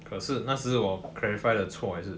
可是那时我 clarify 得错也是